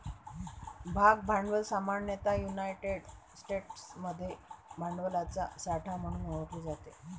भाग भांडवल सामान्यतः युनायटेड स्टेट्समध्ये भांडवलाचा साठा म्हणून ओळखले जाते